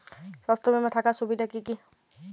স্বাস্থ্য বিমা থাকার সুবিধা কী কী?